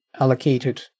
allocated